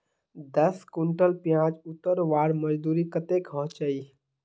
दस कुंटल प्याज उतरवार मजदूरी कतेक होचए?